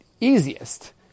easiest